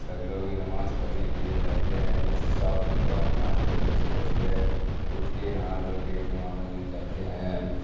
سب لوگ نماز پڑھنے کے لیے جاتے ہیں صاف ستھرا نہا دھو کے صبح صبح اٹھ کے نہا دھو کے جامع مسجد جاتے ہیں